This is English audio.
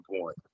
point